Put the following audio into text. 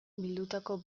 bildutako